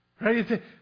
right